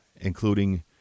including